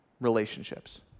relationships